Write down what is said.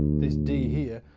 this d here,